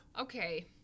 Okay